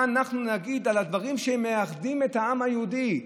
מה אנחנו נגיד על הדברים שמאחדים את העם היהודי?